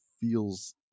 feels